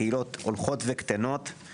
הקהילות הולכות וקטנות.